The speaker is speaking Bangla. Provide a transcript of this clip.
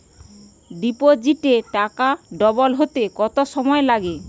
ডিপোজিটে টাকা ডবল হতে কত সময় লাগে?